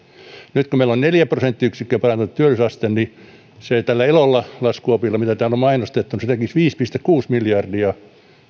nyt kun meillä on neljä prosenttiyksikköä parantunut työllisyysaste niin tällä elon laskuopilla mitä täällä on mainostettu se tekisi viisi pilkku kuusi miljardia